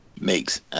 makes